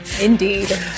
indeed